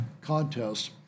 contests